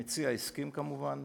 המציע הסכים כמובן,